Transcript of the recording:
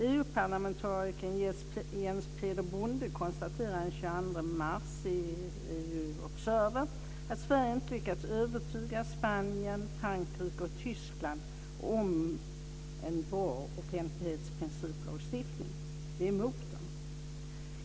EU-parlamentarikern Jens Peder Bonde konstaterade den 22 mars i The Observer att Sverige inte har lyckats övertyga Spanien, Frankrike och Tyskland om en bra offentlighetsprincipslagstiftning. De är emot en sådan.